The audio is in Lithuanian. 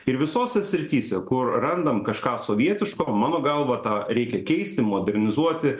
ir visose srityse kur randam kažką sovietiško mano galva tą reikia keisti modernizuoti